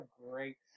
great –